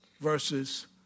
Versus